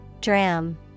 dram